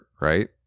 right